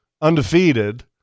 undefeated